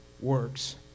works